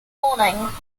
morning